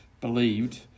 believed